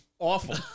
awful